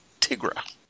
Tigra